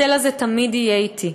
הצל הזה תמיד יהיה אתי.